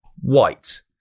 white